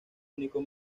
único